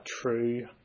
true